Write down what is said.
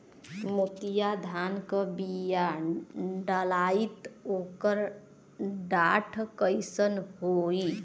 मोतिया धान क बिया डलाईत ओकर डाठ कइसन होइ?